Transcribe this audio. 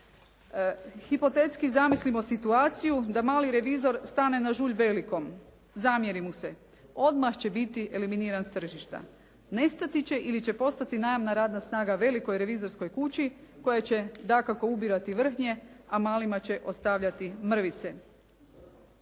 Hipotetski zamislimo situaciju da mali revizor stane na žulj velikom. Zamjeri mu se. Odmah će biti eliminiran s tržišta. Nestati će ili će postati najamna radna snaga velikoj revizorskoj kući koja će dakako ubirati vrhnje, a malima će ostavljati mrvice.